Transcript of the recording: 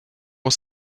was